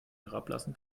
herablassen